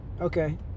okay